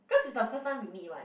cause is the first time we meet [what]